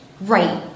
right